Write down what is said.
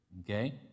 Okay